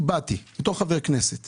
בשומר החומות באתי בתור חבר כנסת